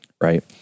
right